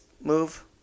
move